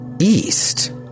east